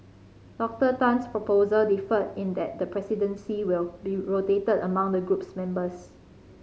Doctor Tan's proposal differed in that the presidency will be rotated among the group's members